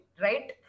right